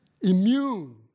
immune